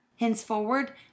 Henceforward